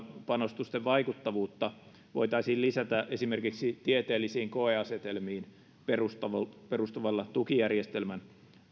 panostusten vaikuttavuutta voitaisiin lisätä esimerkiksi tieteellisiin koeasetelmiin perustuvalla perustuvalla tukijärjestelmän